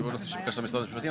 היה נושא שביקשת את משרד המשפטים,